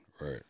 Right